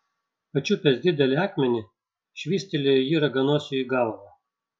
pačiupęs didelį akmenį švystelėjo jį raganosiui į galvą